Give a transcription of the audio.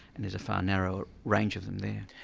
and there's a far narrower range of them there.